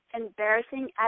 embarrassing